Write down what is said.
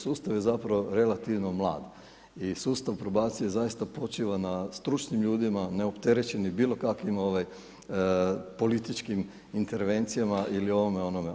Sustav je zapravo relativno mlad i sustav probacije zaista počiva na stručnim ljudima neopterećenim bilo kakvim političkim intervencijama ili ovome onome.